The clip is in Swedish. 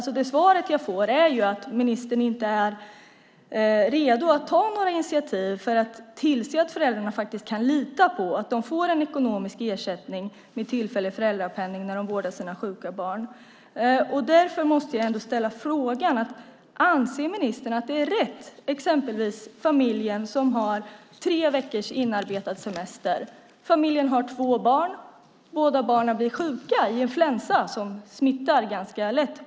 Svaret jag får är att ministern inte är redo att ta några initiativ för att tillse att föräldrarna faktiskt kan lita på att de får en ekonomisk ersättning med tillfällig föräldrapenning när de vårdar sina sjuka barn. Därför måste jag ställa en fråga. Låt mig ge ett exempel! En familj har tre veckors inarbetad semester. I familjen finns två barn. Båda barnen blir sjuka i influensa, som smittar ganska lätt.